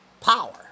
power